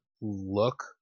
look